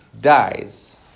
dies